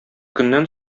көннән